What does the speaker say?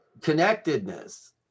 connectedness